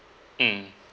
mm